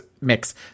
mix